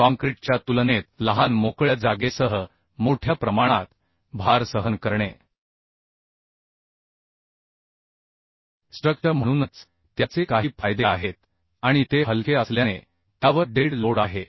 काँक्रीटच्या तुलनेत लहान मोकळ्या जागेसह मोठ्या प्रमाणात भार सहन करणे स्ट्रक्चर म्हणूनच त्याचे काही फायदे आहेत आणि ते हलके असल्याने त्यावर डेड लोड आहे